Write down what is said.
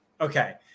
Okay